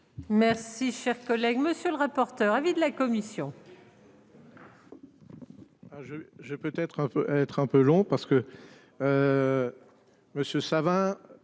Merci, chers collègues, monsieur le rapporteur. Avis de la commission.